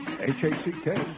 H-A-C-K